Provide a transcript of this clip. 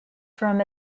from